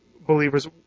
believers